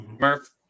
Murph